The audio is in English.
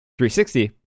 360